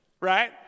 right